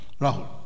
Rahul